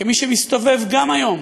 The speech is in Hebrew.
כמי שמסתובב גם היום